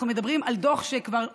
אנחנו מדברים על דוח שהונח